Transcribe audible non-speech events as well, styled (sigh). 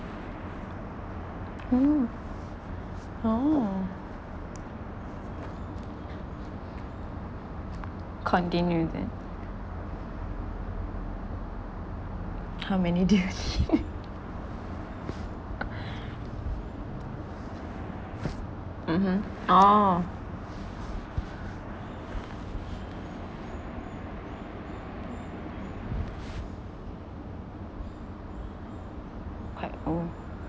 mm oh (noise) continue then how many do you (laughs) mmhmm oh quite old